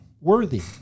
worthy